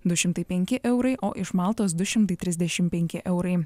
du šimtai penki eurai o iš maltos du šimtai trisdešim penki eurai